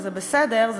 וזה בסדר,